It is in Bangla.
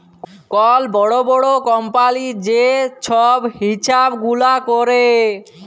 কল বড় বড় কম্পালির যে ছব হিছাব গুলা ক্যরে